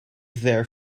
their